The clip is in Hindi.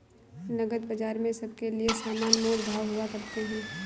नकद बाजार में सबके लिये समान मोल भाव हुआ करते हैं